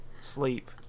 sleep